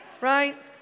right